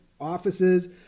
offices